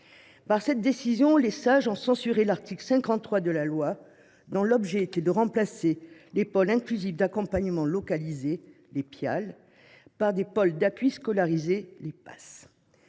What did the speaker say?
Par cette décision, les sages ont censuré l’article 53 de la loi, dont l’objet était de remplacer les pôles inclusifs d’accompagnement localisés (Pial) par des pôles d’appui à la scolarité (PAS).